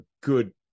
good